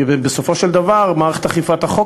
כי בסופו של דבר מערכת אכיפת החוק